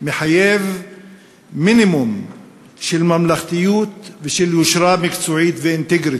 מחייב מינימום של ממלכתיות ושל יושרה מקצועית ואינטגריטי,